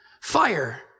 fire